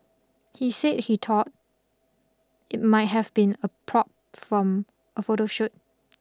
he said he thought it might have been a prop from a photo shoot